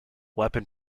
weapon